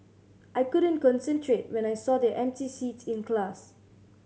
I couldn't concentrate when I saw their empty seats in class